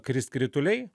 krist krituliai